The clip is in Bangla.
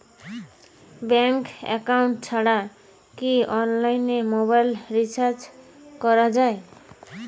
ব্যাংক একাউন্ট ছাড়া কি অনলাইনে মোবাইল রিচার্জ করা যায়?